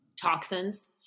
toxins